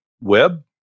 web